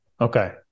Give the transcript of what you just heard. Okay